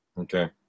Okay